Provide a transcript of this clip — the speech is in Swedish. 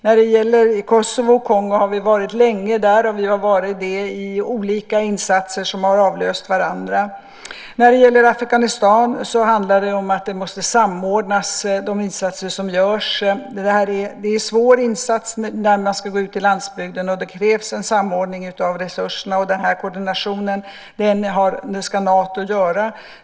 När det gäller Kosovo och Kongo har vi varit där länge i olika insatser som har avlöst varandra. När det gäller Afghanistan handlar det om att de insatser som görs måste samordnas. Det är en svår insats när man ska gå ut på landsbygden, och det krävs en samordning av resurserna. Denna koordination ska Nato göra.